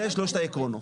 זה שלושת העקרונות.